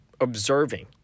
observing